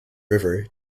river